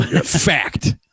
Fact